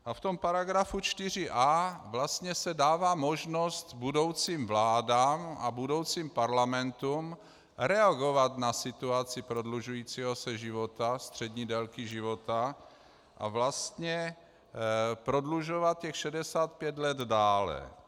V tom § 4a se vlastně dává možnost budoucím vládám a budoucím parlamentům reagovat na situaci prodlužujícího se života, střední délky života a vlastně prodlužovat těch 65 let dále.